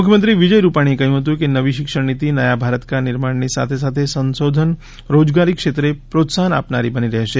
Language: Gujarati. મુખ્યમંત્રી વિજય રૂપાણીએ કહ્યું હતું કે નવી શિક્ષણ નીતિ નયા ભારતના નિર્માણની સાથે સાથે સંશોધન રોજગારી ક્ષેત્રે પ્રોત્સાહન આપનારી બની રહેશે